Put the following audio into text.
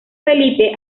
felipe